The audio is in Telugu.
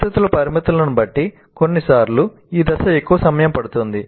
పరిస్థితుల పరిమితులను బట్టి కొన్నిసార్లు ఈ దశ ఎక్కువ సమయం పడుతుంది